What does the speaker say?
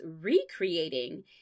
recreating